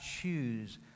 choose